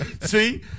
see